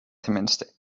tenminste